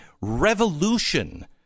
revolution